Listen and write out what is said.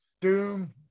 Doom